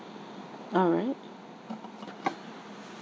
all right